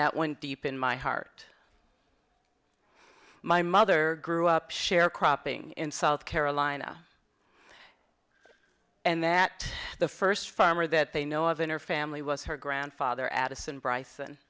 that went deep in my heart my mother grew up sharecropping in south carolina and that the first farmer that they know of in our family was her grandfather addison bry